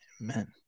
Amen